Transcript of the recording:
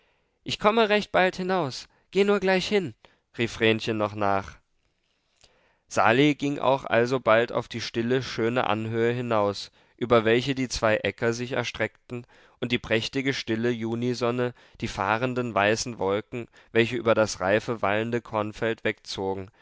ich komme recht bald hinaus geh nur gleich hin rief vrenchen noch nach sali ging auch alsobald auf die stille schöne anhöhe hinaus über welche die zwei äcker sich erstreckten und die prächtige stille junisonne die fahrenden weißen wolken welche über das reife wallende kornfeld wegzogen